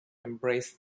embrace